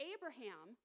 Abraham